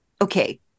okay